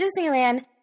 Disneyland